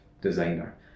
designer